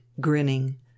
grinning